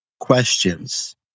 Questions